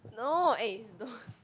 no I don't